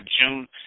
June